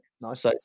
Nice